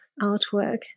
artwork